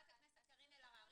חברת הכנסת קארין אלהרר,